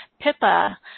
Pippa